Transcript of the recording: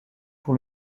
pour